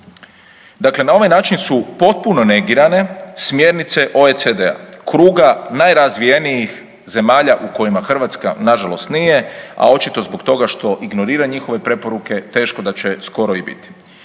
Dakle na ovaj način su potpuno negirane smjernice OECD-a, kruga najrazvijenijih zemalja u kojima Hrvatska nažalost nije, a očito zbog toga što ignorira njihove preporuke, teško da će skoro i biti.